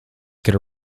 could